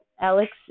Alex